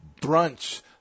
brunch